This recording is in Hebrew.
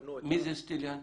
שיפנו --- מי זה סיטליאן?